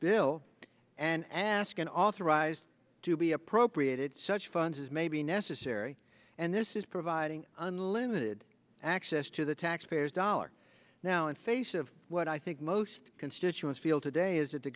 bill and ask an authorized to be appropriated such funds as may be necessary and this is providing unlimited access to the taxpayers dollars now in face of what i think most constituents feel today is that the